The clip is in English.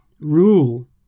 rule